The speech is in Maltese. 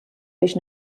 biex